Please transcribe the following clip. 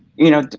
you know,